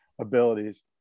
abilities